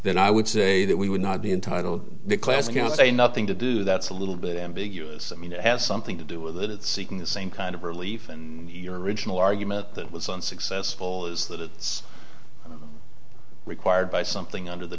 then i would say that we would not be entitled the class can say nothing to do that's a little bit ambiguous i mean it has something to do with it seeking the same kind of relief in your original argument that was unsuccessful is that it's required by something under the